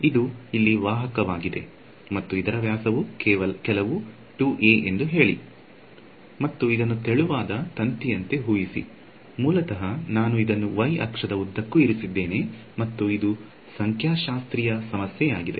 ಇದು ಇಲ್ಲಿ ವಾಹಕವಾಗಿದೆ ಮತ್ತು ಇದರ ವ್ಯಾಸವು ಕೆಲವು 2 a ಎಂದು ಹೇಳಿ ಮತ್ತು ಇದನ್ನು ತೆಳುವಾದ ತಂತಿಯಂತೆ ಊಹಿಸಿ ಮೂಲತಃ ನಾನು ಇದನ್ನು y ಅಕ್ಷದ ಉದ್ದಕ್ಕೂ ಇರಿಸಿದ್ದೇನೆ ಮತ್ತು ಇದು ಸಂಖ್ಯಾಶಾಸ್ತ್ರೀಯ ಸಮಸ್ಯೆಯಾಗಿದೆ